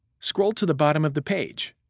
scroll to the bottom of the page,